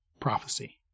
prophecy